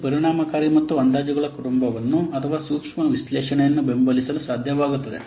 ಇದು ಪರಿಣಾಮಕಾರಿ ಮತ್ತು ಅಂದಾಜುಗಳ ಕುಟುಂಬವನ್ನು ಅಥವಾ ಸೂಕ್ಷ್ಮ ವಿಶ್ಲೇಷಣೆಯನ್ನು ಬೆಂಬಲಿಸಲು ಸಾಧ್ಯವಾಗುತ್ತದೆ